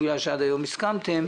בגלל שעד היום הסכמתם,